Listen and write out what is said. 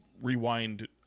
rewind